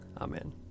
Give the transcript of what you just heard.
Amen